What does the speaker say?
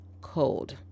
cold